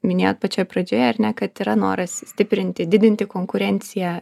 minėjot pačioj pradžioje ar ne kad yra noras stiprinti didinti konkurenciją